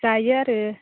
जायो आरो